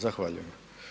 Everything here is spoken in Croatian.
Zahvaljujem.